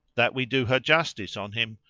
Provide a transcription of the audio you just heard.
that we do her justice on him,